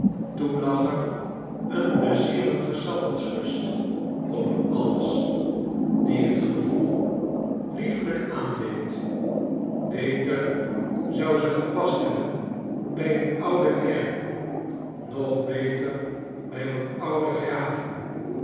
lag er een pleizierige sabbatsrust over alles die het gevoel liefelijk aandeed beter zou ze gepast hebben bij een oude kerk nog beter bij wat oude graven